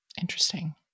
Interesting